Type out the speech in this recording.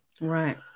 Right